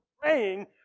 praying